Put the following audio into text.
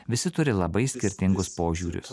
visi turi labai skirtingus požiūrius